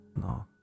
No